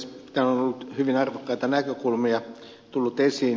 täällä on hyvin arvokkaita näkökulmia tullut esiin